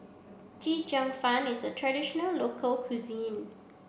Chee cheong fun is a traditional local cuisine